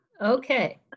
okay